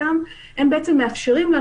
והם מאפשרים לנו,